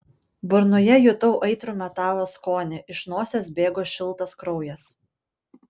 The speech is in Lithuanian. burnoje jutau aitrų metalo skonį iš nosies bėgo šiltas kraujas